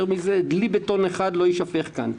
יותר מזה, דלי בטון אחד לא יישפך כאן.